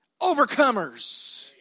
overcomers